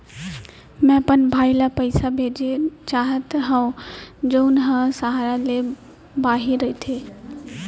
मै अपन भाई ला पइसा भेजना चाहत हव जऊन हा सहर ले बाहिर रहीथे